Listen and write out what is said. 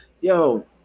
yo